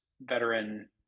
veteran